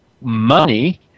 money